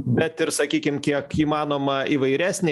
bet ir sakykim kiek įmanoma įvairesnę